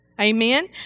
Amen